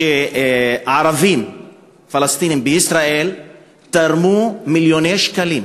וערבים פלסטינים בישראל תרמו מיליוני שקלים.